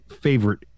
favorite